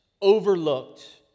overlooked